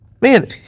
man